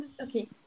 Okay